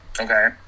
Okay